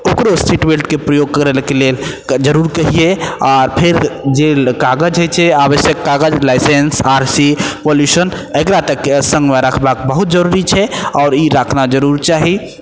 ओकरो सीटबेल्ट प्रयोग करैके लेल जरूर कहियै आओर फेर जे कागज होइ छै आवश्यक कागज लाइसेन्स आर सी पॉल्युशन एकरा सबके सङ्गमे रखबाक बहुत जरुरी छै आओर ई राखना जरुर चाही